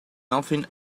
nothing